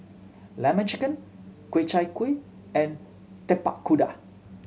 Lemon Chicken Ku Chai Kuih and Tapak Kuda